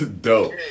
dope